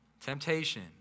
temptation